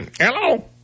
hello